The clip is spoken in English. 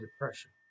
depression